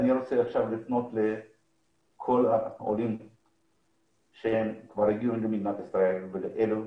אני רוצה לפנות לכל העולים שכבר הגיעו למדינת ישראל ולאלו